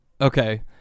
Okay